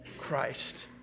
Christ